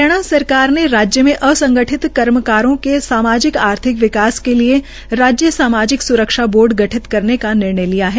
हरियाणा सरकार ने राज्य में असंगठित कर्मकारों के सामाजिक आर्थिक विकास के लिए राज्य सामाजिक सुरक्षा बोर्ड गठित करने का निर्णय लिया है